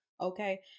Okay